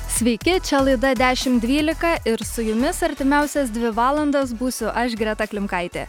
sveiki čia laida dešim dvylika ir su jumis artimiausias dvi valandas būsiu aš greta klimkaitė